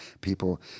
people